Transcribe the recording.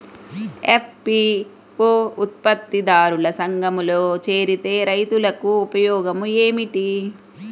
FPO ఉత్పత్తి దారుల సంఘములో చేరితే రైతులకు ఉపయోగము ఏమిటి?